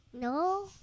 No